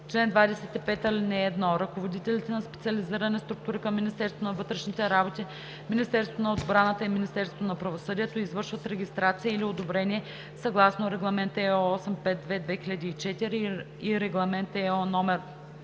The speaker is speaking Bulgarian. чл. 25: „Чл. 25. (1) Ръководителите на специализирани структури към Министерството на вътрешните работи, Министерството на отбраната и Министерството на правосъдието извършват регистрация или одобрение съгласно Регламент (ЕО) № 852/2004 и Регламент (ЕО) №